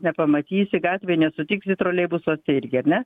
nepamatysi gatvėj nesutiksi troleibusuose irgi ar ne